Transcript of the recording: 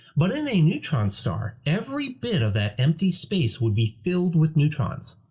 but in a neutron star, every bit of that empty space would be filled with neutrons.